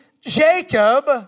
Jacob